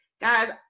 guys